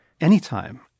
anytime